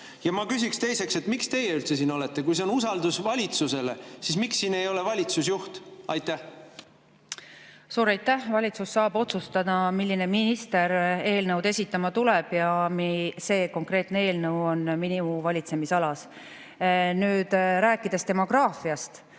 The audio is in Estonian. Ja ma küsiksin teiseks, miks teie üldse siin olete. Kui see on usaldus valitsusele, siis miks ei ole siin valitsusjuht? Suur aitäh! Valitsus saab otsustada, milline minister eelnõu esitama tuleb, ja see konkreetne eelnõu on minu valitsemisalas. Rääkides demograafiast,